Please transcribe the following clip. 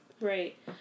Right